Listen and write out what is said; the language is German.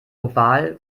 oval